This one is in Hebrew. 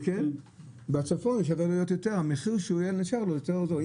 כן, בצפון המחיר הוא יותר זול.